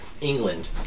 England